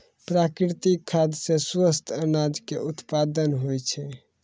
प्राकृतिक खाद सॅ स्वस्थ अनाज के उत्पादन होय छै